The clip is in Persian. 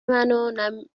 منو، نه